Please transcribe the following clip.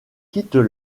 quittent